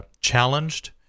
challenged